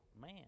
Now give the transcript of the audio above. man